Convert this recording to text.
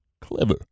Clever